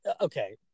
Okay